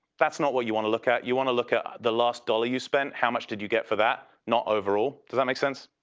that's not what you want to look at. you want to look at the last dollar you spent. how much did you get for that? not overall does that make sense?